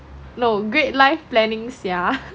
no great life planning sia